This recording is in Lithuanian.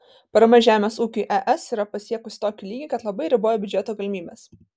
parama žemės ūkiui es yra pasiekusį tokį lygį kad labai riboja biudžeto galimybes